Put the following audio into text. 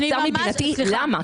למה?